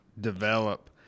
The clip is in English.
develop